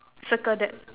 circle that